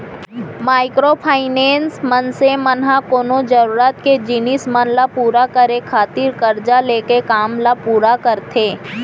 micro finance, मनसे मन ह कोनो जरुरत के जिनिस मन ल पुरा करे खातिर करजा लेके काम ल पुरा करथे